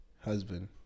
husband